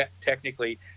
technically